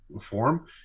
form